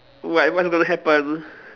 like what's going to happen